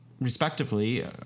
respectively